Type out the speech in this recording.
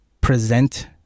present